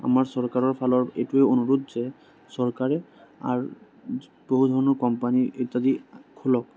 আমাৰ চৰকাৰৰ ফালৰ এইটোৱেই অনুৰোধ যে চৰকাৰে আ বহুধৰণৰ কোম্পানী ইত্যাদি খোলক